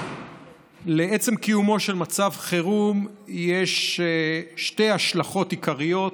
לעצם קיומו של מצב חירום יש שתי השלכות עיקריות: